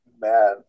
man